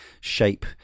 shape